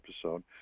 episode